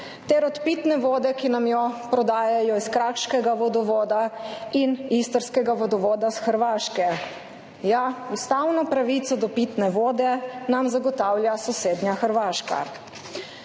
ter od pitne vode, ki nam jo prodajajo iz Kraškega vodovoda in Istarskega vodovoda s Hrvaške. Ja, ustavno pravico do pitne vode nam zagotavlja sosednja Hrvaška.